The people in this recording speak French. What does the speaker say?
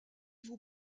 vous